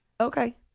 Okay